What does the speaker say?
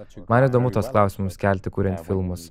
man įdomu tuos klausimus kelti kuriant filmus